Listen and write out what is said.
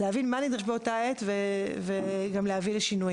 להבין מה נדרש באותה עת וגם להביא לשינויים.